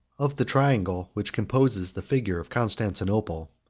of the triangle which composes the figure of constantinople,